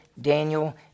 Daniel